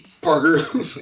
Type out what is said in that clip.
Parker